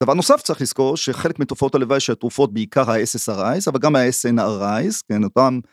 דבר נוסף צריך לזכור שחלק מתופעות הלוואי של התרופות בעיקר הSSRIs אבל גם ה SNRIS כן